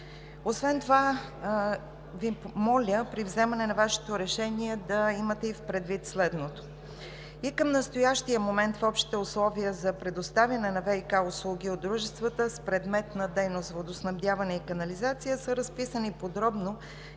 Освен това Ви моля, при взимане на Вашето решение да имате предвид и следното: и към настоящия момент в общите условия за предоставяне на ВиК услуги от дружествата с предмет на дейност „Водоснабдяване и канализация“ са разписани подробно